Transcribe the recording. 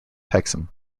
hexham